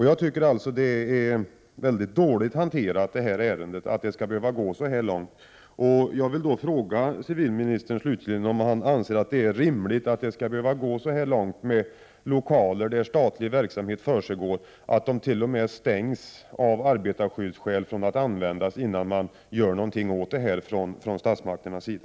Jag tycker alltså att ärendet är väldigt dåligt hanterat. Jag vill slutligen fråga civilministern om han anser att det är rimligt att det skall behöva gå så långt med lokaler där statlig verksamhet försiggår att de t.o.m. stängs av arbetarskyddsskäl innan det görs någonting från statsmakternas sida.